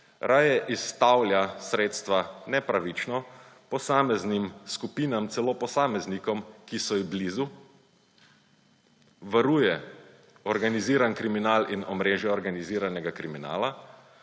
Raje izstavlja sredstva nepravično posameznim skupinam, celo posameznikom, ki so ji blizu, varuje organiziran kriminal in omrežja organiziranega kriminala,